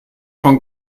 von